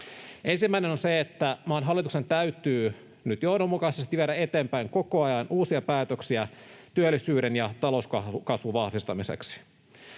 Ensimmäinen on se, että maan hallituksen täytyy nyt johdonmukaisesti viedä eteenpäin koko ajan uusia päätöksiä työllisyyden ja talouskasvun vahvistamiseksi.